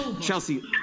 Chelsea